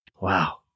Wow